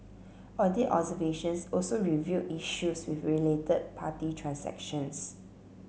audit observations also revealed issues with related party transactions